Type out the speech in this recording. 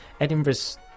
Edinburgh's